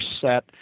set